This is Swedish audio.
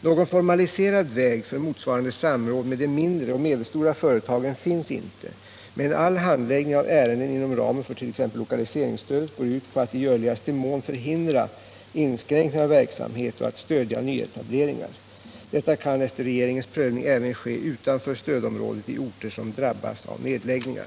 Någon formaliserad väg för motsvarande samråd med de mindre och medelstora företagen finns inte, men all handläggning av ärenden inom ramen för t.ex. lokaliseringsstödet går ut på att i görligaste mån förhindra inskränkningar av verksamhet och att stödja nyetableringar. Detta kan efter regeringens prövning även ske utanför stödområdet i orter som drabbas av nedläggningar.